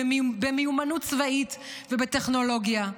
במיומנות צבאית ובטכנולוגיה.